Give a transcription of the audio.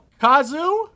Kazu